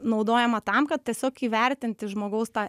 naudojama tam kad tiesiog įvertinti žmogaus tą